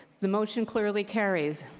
the motion clearly carries.